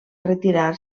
retirar